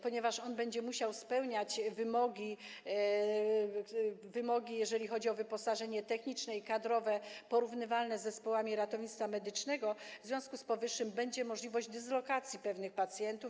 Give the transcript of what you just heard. Ponieważ on będzie musiał spełniać wymogi, jeżeli chodzi o wyposażenie techniczne i kadrowe, porównywalne z zespołami ratownictwa medycznego, w związku z powyższym będzie możliwość dyslokacji pewnych pacjentów.